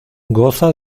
goza